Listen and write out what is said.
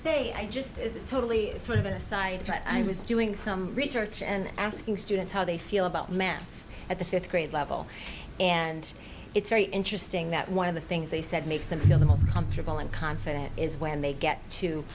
say i just is totally sort of an aside i was doing some research and asking students how they feel about math at the fifth grade level and it's very interesting that one of the things they said makes them feel most comfortable and confident is when they get to